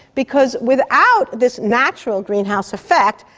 because without this natural greenhouse effect,